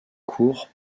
court